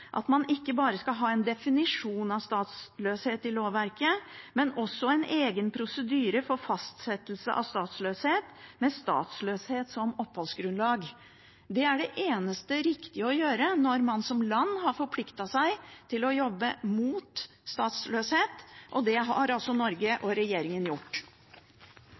at man ikke bare skal ha en definisjon av statsløshet i lovverket, men også en egen prosedyre for fastsettelse av statsløshet med statsløshet som oppholdsgrunnlag. Det er det eneste riktige å gjøre når man som land har forpliktet seg til å jobbe mot statsløshet – og det har altså Norge og regjeringen gjort.